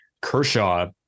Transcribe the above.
Kershaw